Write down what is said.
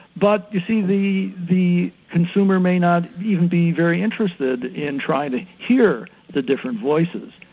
but you see the the consumer may not even be very interested in trying to hear the different voices,